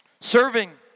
Serving